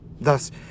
Thus